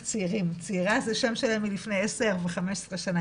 צעירים - צעירה זה שם שלהם מלפני עשר וחמש עשרה שנה,